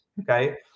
okay